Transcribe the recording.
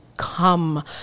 come